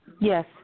Yes